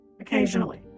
occasionally